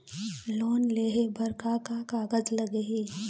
Loan लेहे बर का का कागज लगही?